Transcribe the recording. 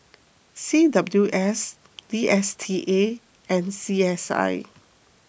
C W S D S T A and C S I